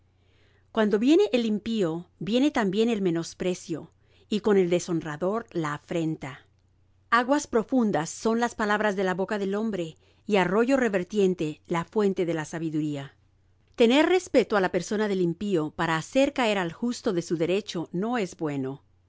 cuando viene el impío viene también el menosprecio y con el deshonrador la afrenta aguas profundas son las palabras de la boca del hombre y arroyo revertiente la fuente de la sabiduría tener respeto á la persona del impío para hacer caer al justo de su derecho no es bueno